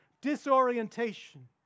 disorientation